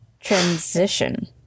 transition